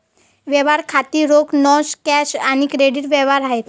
व्यवहार खाती रोख, नॉन कॅश आणि क्रेडिट व्यवहार आहेत